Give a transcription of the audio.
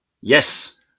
Yes